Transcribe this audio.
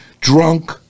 drunk